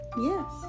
Yes